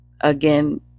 again